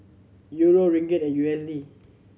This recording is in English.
Euro Ringgit and U S D